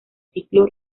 ciclo